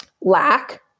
lack